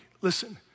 listen